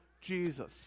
Jesus